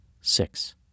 six